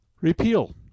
Repeal